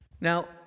Now